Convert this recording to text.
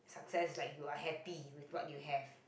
success like you're happy with what you have